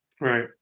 right